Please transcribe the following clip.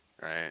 right